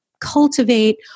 cultivate